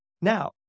Now